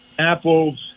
Apple's